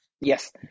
Yes